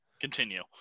continue